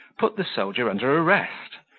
put the soldier under arrest,